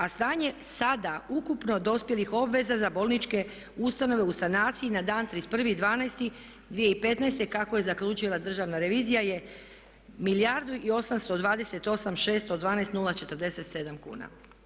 A stanje sada ukupno dospjelih obveza za bolničke ustanove u sanaciji na dan 31.12.2015. kako je zaključila državna revizija je milijardu 828.612,047 kuna.